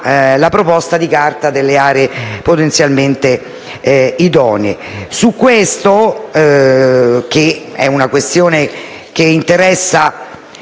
la proposta di Carta delle aree potenzialmente idonee. Su tale questione, che interessa